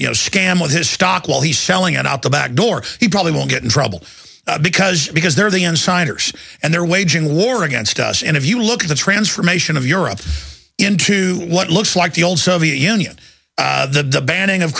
you know scam of his stock while he's shelling out the backdoor he probably will get in trouble because because they're the insiders and they're waging war against us and if you look at the transformation of europe into what looks like the old soviet union the banning of